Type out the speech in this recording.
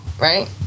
Right